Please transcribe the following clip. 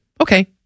Okay